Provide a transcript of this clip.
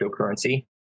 cryptocurrency